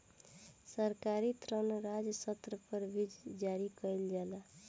सरकारी ऋण राज्य स्तर पर भी जारी कईल जाला